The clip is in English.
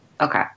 Okay